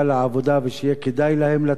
ושיהיה כדאי להם לצאת לעבודה.